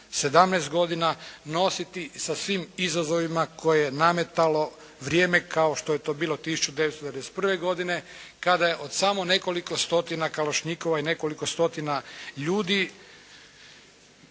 17 godina nositi sa svim izazovima koje je nametalo vrijeme, kao što je to bilo 1991. godine kada je od samo nekoliko stotina kalašnjikova i nekoliko stotina ljudi,